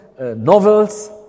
novels